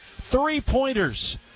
three-pointers